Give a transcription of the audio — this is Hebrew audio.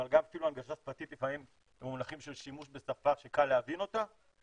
אבל גם הנגשה שפתית במונחים של שימוש בשפה שקל להבין אותה.